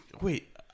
wait